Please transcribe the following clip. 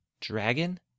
Dragon